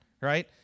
right